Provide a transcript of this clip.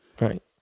Right